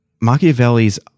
Machiavelli's